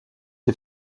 est